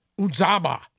Uzama